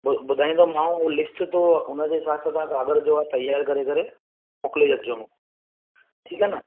बु ॿुधाईंदोमांव ऐं मां लिस्ट तूं उनजे हिसाब सां तव्हां क़ाग़र जो आहे तयार करे करे मोकिले छॾिजो ठीकु आहे न